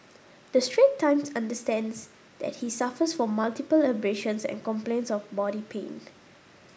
the Straits Times understands that he suffers from multiple abrasions and complains of body pain